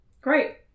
Great